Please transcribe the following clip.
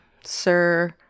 sir